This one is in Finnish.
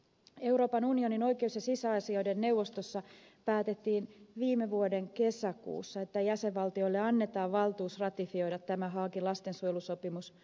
euroopan unionin oikeus ja sisäasioiden neuvostossa päätettiin viime vuoden kesäkuussa että jäsenvaltioille annetaan valtuus ratifioida tämä haagin lastensuojelusopimus yhteisön puolesta